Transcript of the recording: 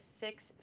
six